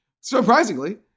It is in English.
surprisingly